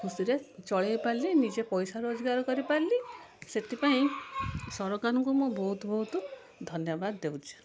ଖୁସିରେ ଚଳେଇ ପାରିଲି ନିଜେ ପଇସା ରୋଜଗାର କରିପାରିଲି ସେଥିପାଇଁ ସରକାରଙ୍କୁ ମୁଁ ବହୁତ ବହୁତ ଧନ୍ୟବାଦ ଦେଉଛି